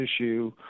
issue